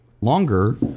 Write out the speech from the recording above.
longer